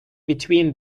between